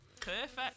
perfect